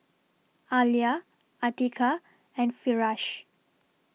Alya Atiqah and Firash